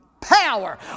power